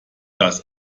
das